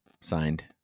Signed